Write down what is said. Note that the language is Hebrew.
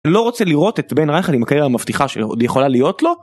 לא רוצה לראות את בן רייכל עם הקריירה המבטיחה שלו, עוד יכולה להיות לו?